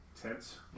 tents